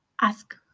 ask